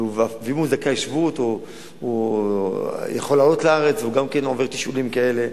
אם הוא זכאי שבות או יכול לעלות לארץ והוא גם עובר תשאולים כאלה,